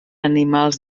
animals